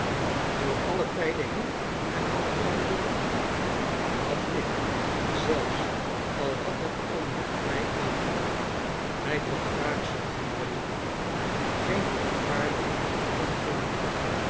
door alle tijden heen herhaalde kleine dorrit had ik zelfs al had het onrecht mij aangedaan inij tot wraakzucht gedreven geen rechtvaardiging kunnen vinden